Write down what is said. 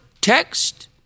text